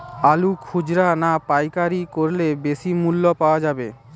আলু খুচরা না পাইকারি করলে বেশি মূল্য পাওয়া যাবে?